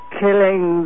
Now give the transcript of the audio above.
killing